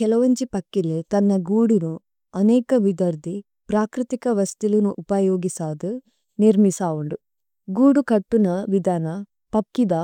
കിലവഗ്നജി പകിലി തനന് ഗന്ദിനമ് അനൈക വിദരദി ബരകരതി വസഥിലനമ് ഉപയോഗിസദി, നിരമിസഓദി। ഗന്ദിനമ് ഗന്ദ ഇഗന്ദിനമ് പക്കിലന